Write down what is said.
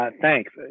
thanks